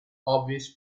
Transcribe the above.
obvious